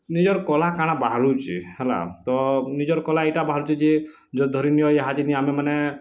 ନିଜର କଲା କାଁଣା ବାହାରୁଛି ହେଲା ତ ନିଜର କଲା ଏଇଟା ବାହାରୁଛି ଯେ ଯଦି ଧରି ନିଅ ଏହା ଯିନ୍ ଆମେ ମାନେ